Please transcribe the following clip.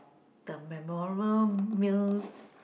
the memorable meals